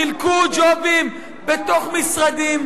חילקו ג'ובים בתוך משרדים,